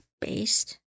Based